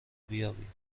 بیابیم